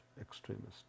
extremists